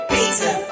Pizza